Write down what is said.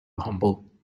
humble